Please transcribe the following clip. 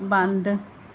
ਬੰਦ